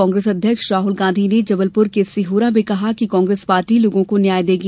कांग्रेस अध्यक्ष राहुल गांधी ने जबलपुर के सिहोरा में कहा कि कांग्रेस पार्टी लोगों को न्याय देगी